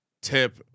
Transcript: Tip